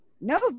No